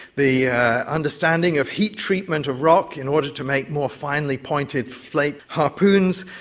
the understanding of heat treatment of rock in order to make more finely pointed flake harpoons,